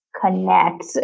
connect